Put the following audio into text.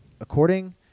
according